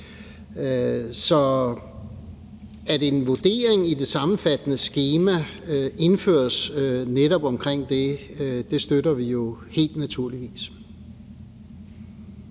Så at en vurdering i det sammenfattende skema indføres netop omkring det, støtter vi jo naturligvis.